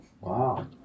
Wow